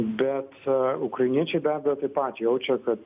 bet ukrainiečiai be abejo taip pat jaučia kad